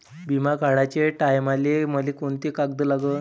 बिमा काढाचे टायमाले मले कोंते कागद लागन?